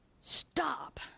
stop